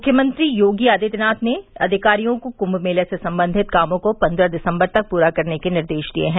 मुख्यमंत्री योगी आदित्यनाथ ने अधिकारियों को कुम्म मेला से संबंधित कामों को पन्द्रह दिसम्बर तक पूरा करने के निर्देश दिये हैं